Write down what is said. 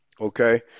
okay